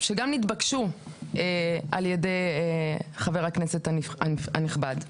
שגם נתבקשו על ידי חבר הכנסת הנכבד,